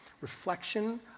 Reflection